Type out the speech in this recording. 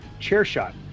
CHAIRSHOT